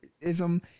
ism